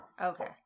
Okay